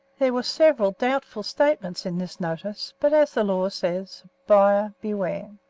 there were several doubtful statements in this notice, but, as the law says, buyer, beware.